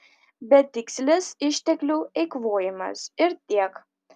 betikslis išteklių eikvojimas ir tiek